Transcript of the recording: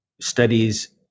studies